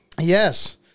Yes